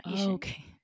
Okay